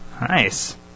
nice